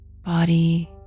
body